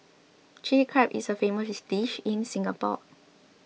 Chilli Crab is a famous dish in Singapore